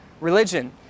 religion